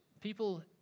People